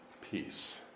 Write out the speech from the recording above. peace